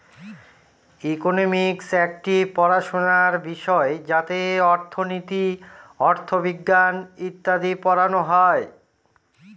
economics একটি পড়াশোনার বিষয় যাতে অর্থনীতি, অথবিজ্ঞান ইত্যাদি পড়ানো হয়